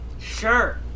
Sure